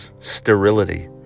sterility